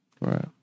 Right